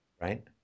Right